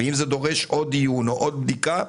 ואם זה דורש עוד דיון או עוד בדיקה,